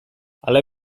ale